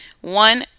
one